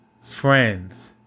friends